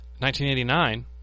1989